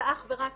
זה אך ורק